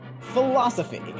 Philosophy